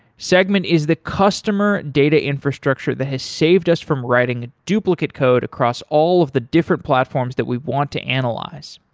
segment is the customer data infrastructure that has saved us from writing a duplicate code across all of the different platforms that we want to analyze.